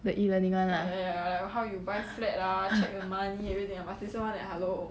the e-learning [one] lah